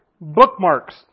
bookmarks